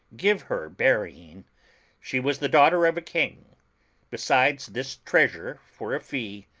give her burying she was the daughter of a king besides this treasure for a fee.